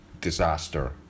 disaster